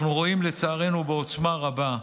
אנחנו רואים, לצערנו, בעוצמה רבה,